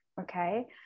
okay